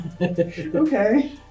Okay